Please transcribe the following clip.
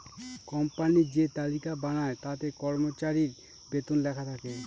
company যে তালিকা বানায় তাতে কর্মচারীর বেতন লেখা থাকে